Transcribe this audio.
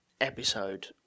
episode